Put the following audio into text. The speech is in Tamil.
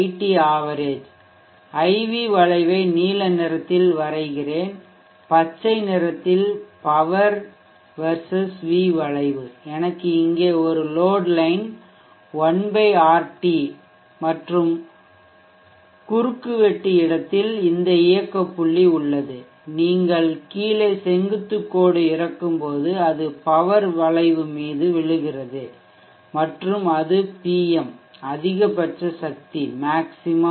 IV வளைவை நீல நிறத்தில் வரைகிறேன் பச்சை நிறத்தில் பவர் vs V வளைவு எனக்கு இங்கே ஒரு லோட் லைன் 1 RT மற்றும் குறுக்குவெட்டு இடத்தில் இந்த இயக்க புள்ளி உள்ளது நீங்கள் கீழே செங்குத்து கோடு இறக்கும்போது அது பவர் வளைவு மீது விழுகிறது மற்றும் அது Pm அதிகபட்ச சக்தி மேக்ஷ்சிமம் பவர்